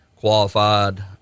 qualified